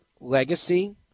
legacy